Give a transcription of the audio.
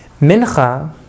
Mincha